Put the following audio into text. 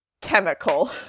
chemical